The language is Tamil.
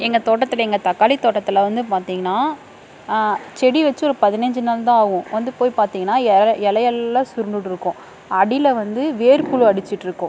எங்கள் தோட்டத்தில் எங்கள் தக்காளி தோட்டத்தில் வந்து பாத்திங்கனா செடி வச்சு ஒரு பதினைஞ்சி நாள் தான் ஆகும் வந்து போய் பார்த்திங்கனா இல இலையெல்லாம் சுருண்டுட்ருக்கும் அடியில் வந்து வேர்புழு அடிச்சிட்ருக்கும்